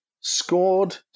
scored